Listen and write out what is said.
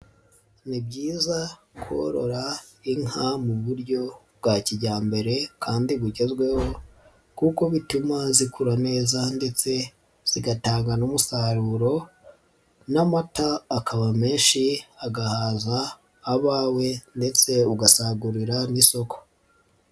Ni byiza korora inka mu buryo bwa kijyambere kandi bugezweho kuko bituma zikura neza ndetse zigatanga n'umusaruro n'amata akaba menshi, agahaza abawe ndetse ugasagurira n'isoko.